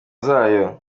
zayo